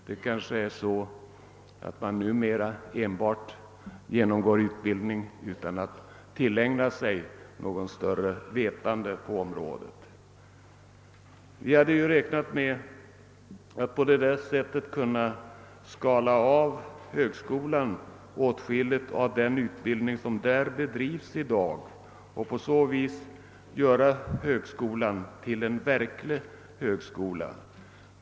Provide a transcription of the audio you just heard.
Det kanske är så att man numera enbart genomgår utbildning utan att tillägna sig något större vetande på området. Vi hade räknat med att på detta sätt kunna skala av högskolan åtskilligt av den utbildning som där bedrivs i dag och på så vis göra högskolan till en verklig högskola.